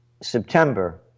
September